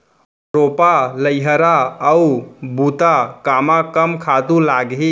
रोपा, लइहरा अऊ बुता कामा कम खातू लागही?